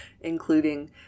including